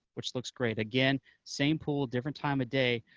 which looks great. again, same pool, different time of day,